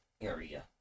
area